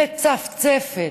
מצפצפת,